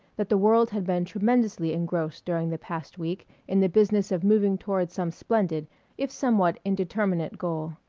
that the world had been tremendously engrossed during the past week in the business of moving toward some splendid if somewhat indeterminate goal.